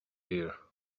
here